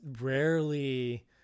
rarely